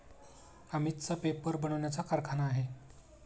अमितचा पेपर बनवण्याचा कारखाना आहे